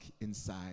inside